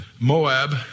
Moab